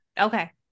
okay